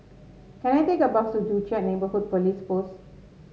can I take a bus to Joo Chiat Neighbourhood Police Post